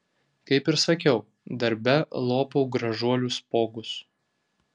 kaip ir sakiau darbe lopau gražuolių spuogus